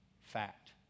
fact